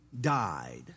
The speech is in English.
died